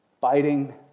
Biting